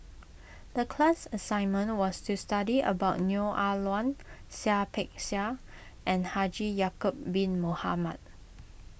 the class assignment was to study about Neo Ah Luan Seah Peck Seah and Haji Ya'Acob Bin Mohamed